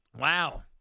Wow